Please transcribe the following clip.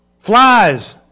Flies